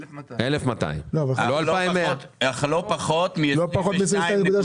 1,200. לא 2,100. אך לא פחות מ-2.3.